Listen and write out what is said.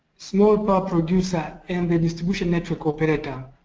small power producer and the distribution network operator,